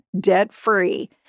debt-free